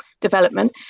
development